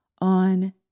on